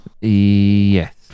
Yes